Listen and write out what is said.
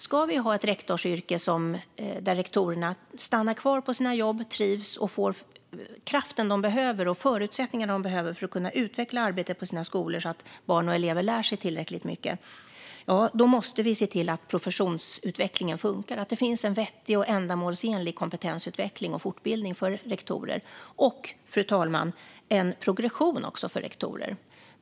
Ska vi ha ett rektorsyrke där rektorerna stannar kvar på sina jobb, trivs och får den kraft och de förutsättningar de behöver för att kunna utveckla arbetet på sina skolor så att barn och elever lär sig tillräckligt mycket, ja, då måste vi se till att professionsutvecklingen funkar och att det finns en vettig och ändamålsenlig kompetensutveckling och fortbildning för rektorer och, fru talman, även en progression för rektorer.